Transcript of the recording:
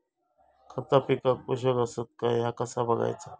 खता पिकाक पोषक आसत काय ह्या कसा बगायचा?